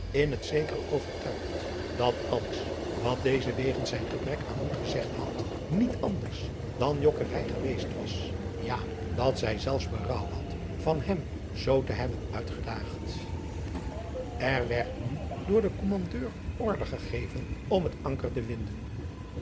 in het zekere overtuigd dat alles wat deze wegens zijn gebrek aan moed gezegd had niet anders dan jokkernij geweest was ja dat zij zelfs berouw had van hem zoo te hebben uitgedaagd adriaan loosjes pzn het leven van johannes wouter blommesteyn er werd nu door den kommandeur order gegeven om het anker te winden